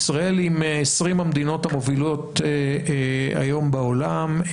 ישראל היא מ-20 המדינות המובילות היום בעולם,